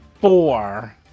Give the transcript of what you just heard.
four